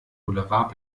boulevard